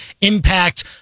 impact